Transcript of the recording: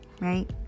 right